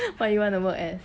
what you want to work as